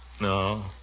No